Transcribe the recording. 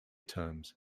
terms